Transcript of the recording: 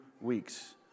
weeks